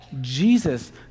Jesus